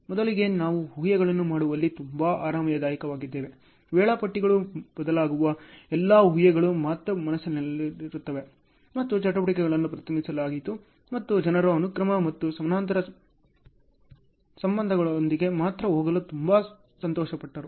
ಮೊದಲಿಗೆ ನಾವು ಊಹೆಗಳನ್ನು ಮಾಡುವಲ್ಲಿ ತುಂಬಾ ಆರಾಮದಾಯಕವಾಗಿದ್ದೇವೆ ವೇಳಾಪಟ್ಟಿಗಳು ಬದಲಾಗುವ ಎಲ್ಲಾ ಊಹೆಗಳು ಮಾತ್ರ ಮನಸ್ಸಿನಲ್ಲಿರುತ್ತವೆ ಮತ್ತು ಚಟುವಟಿಕೆಗಳನ್ನು ಪ್ರತಿನಿಧಿಸಲಾಯಿತು ಮತ್ತು ಜನರು ಅನುಕ್ರಮ ಮತ್ತು ಸಮಾನಾಂತರ ಸಂಬಂಧಗಳೊಂದಿಗೆ ಮಾತ್ರ ಹೋಗಲು ತುಂಬಾ ಸಂತೋಷಪಟ್ಟರು